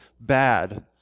bad